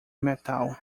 metal